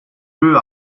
grew